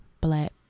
black